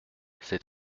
c’est